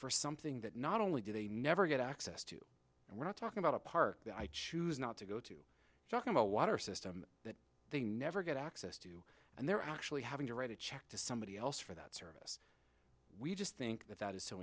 for something that not only do they never get access to and we're not talking about a park that i choose not to go to talk about water system that they never get access to and they're actually having to write a check to somebody else for that service we just think that that is so